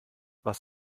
was